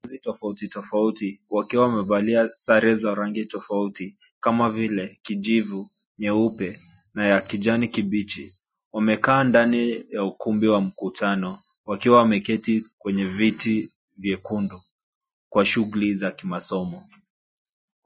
Wanafunzi tofauti tofauti wakiwa wamevalia sare za rangi tofauti kama vile kijivu ,nyeupe na ya kijani kibichi. Wamekaa ndani ya ukumbi wa mkutano wakiwa wameketi kwenye viti vyekundu kwa shughuli za kimasomo.